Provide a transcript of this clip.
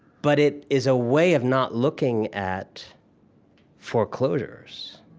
but it is a way of not looking at foreclosures.